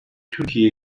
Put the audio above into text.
türkiye